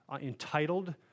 entitled